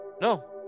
No